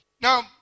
Now